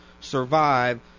survive